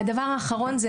והדבר האחרון,